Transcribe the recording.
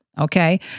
Okay